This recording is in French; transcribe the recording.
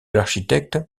l’architecte